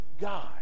God